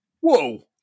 Whoa